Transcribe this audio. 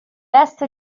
est